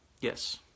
yes